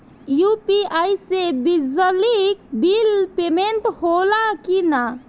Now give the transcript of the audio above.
UPI से बिजली bill payment होला कि न?